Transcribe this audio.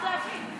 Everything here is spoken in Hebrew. רק להבין.